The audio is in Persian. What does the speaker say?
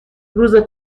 روز